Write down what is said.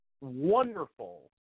wonderful